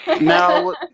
Now